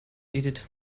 edith